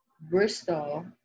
Bristol